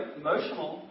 emotional